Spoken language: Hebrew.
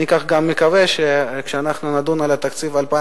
כך אני גם מקווה שכשאנחנו נדון על תקציב 2013